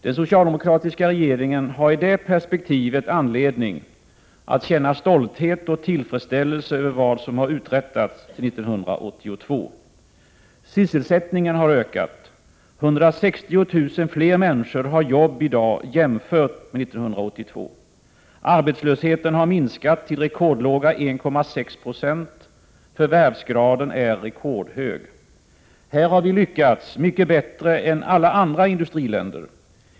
Den socialdemokratiska regeringen har i det perspektivet anledning att känna stolthet och tillfredsställelse över vad som har uträttats sedan 1982. Sysselsättningen har ökat. 160 000 fler människor har arbete i dag än 1982. Arbetslösheten har minskat till rekordlåga 1,6 26, förvärvsgraden är rekordhög. Här har vi lyckats mycket bättre än alla andra industriländer.